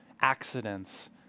accidents